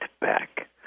back